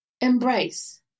Embrace